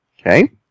Okay